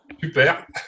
Super